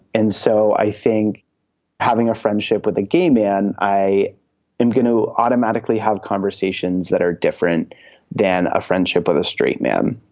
and so i think having a friendship with a gay man, i am going to automatically have conversations that are different than a friendship with a straight man.